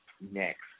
next